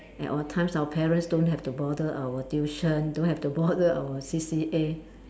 at our times our parents don't have to bother our tuition don't have to bother our C_C_A